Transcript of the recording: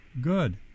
Good